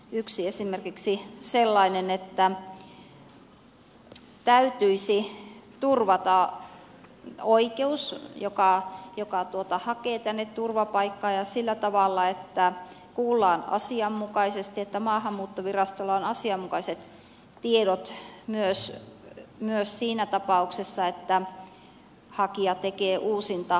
yksi on esimerkiksi sellainen että täytyisi turvata oikeus sille joka hakee täältä turvapaikkaa ja sillä tavalla että kuullaan asianmukaisesti ja että maahanmuuttovirastolla on asianmukaiset tiedot myös siinä tapauksessa että hakija tekee uusintahakemuksen